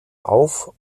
auf